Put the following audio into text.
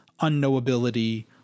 unknowability